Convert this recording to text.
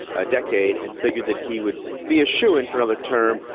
a decade, and figured that he would be a shoo-in for another term.